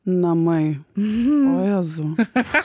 namai o jezau